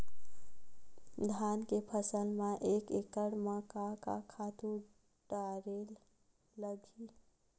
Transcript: धान के फसल म एक एकड़ म का का खातु डारेल लगही?